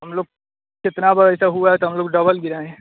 हम लोग कितना बार ऐसा हुआ है तो हम लोग डबल गिराए हैं